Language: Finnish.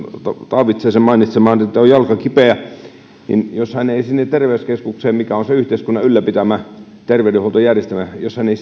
taavitsaisen mainitsemaan on jalka kipeä ja jos hän ei sinne terveyskeskukseen sinne mikä on se yhteiskunnan ylläpitämä terveydenhuoltojärjestelmä